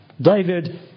David